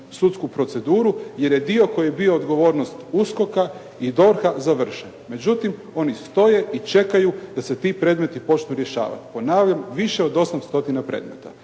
sudsku proceduru jer je dio koji je bio odgovornost USKOK-a i DORH-a završen. Međutim oni stoje i čekaju da se ti predmeti počnu rješavati. Ponavljam više od 8 stotina predmeta.